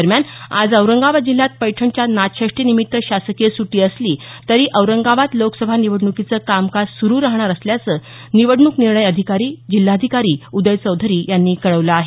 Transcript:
दरम्यान आज औरंगाबाद जिल्ह्यात पैठणच्या नाथषष्ठी निमित्त शासकीय सुट्टी असली तरी औरंगाबाद लोकसभा निवडणूकीचं कामकाज सुरू राहणार असल्याचं निवडणूक निर्णय अधिकारी जिल्हाधिकारी उदय चौधरी यांनी कळवलं आहे